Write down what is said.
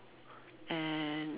and